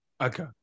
Okay